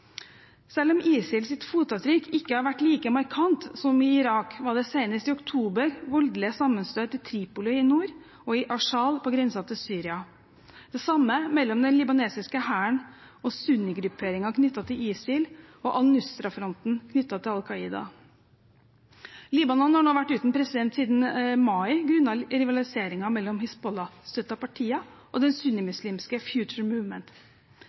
Selv om ISILSs fotavtrykk ikke har vært like markant som i Irak, var det senest i oktober voldelige sammenstøt i Tripoli i nord og i Arsal på grensen til Syria, samt mellom den libanesiske hæren og sunnigrupperinger knyttet til ISIL og Al-Nusra-fronten knyttet til Al-Qaida. Libanon har nå vært uten president siden mai grunnet rivaliseringen mellom Hizbollah-støttede partier og den